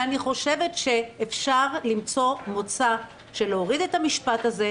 ואני חושבת שאפשר למצוא מוצא של להוריד את המשפט הזה,